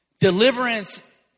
Deliverance